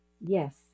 yes